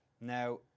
now